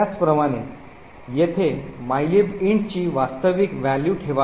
त्याचप्रमाणे येथे mylib int ची वास्तविक व्हॅल्यू ठेवावी